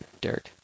Derek